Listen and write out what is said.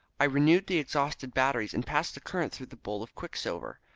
i renewed the exhausted batteries and passed the current through the bowl of quicksilver.